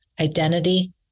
identity